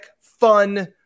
fun